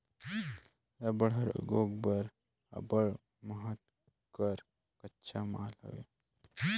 रबड़ हर उद्योग बर अब्बड़ महत कर कच्चा माल हवे